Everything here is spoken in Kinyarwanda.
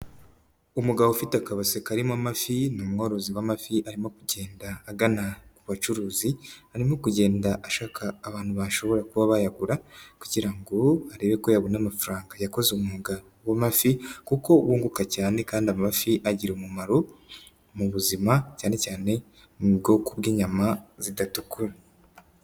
Umugabo ufite akabase karimo amafi ni umworozi w'amafi arimo kugenda agana bacuruzi, arimo kugenda ashaka abantu bashobora kuba bayagura kugira ngo arebe ko yabona amafaranga, yakoze umwuga w'amafi kuko wunguka cyane, kandi amafi agira umumaro mu buzima cyane cyane ni ubwoko bw'inyama zidatukura.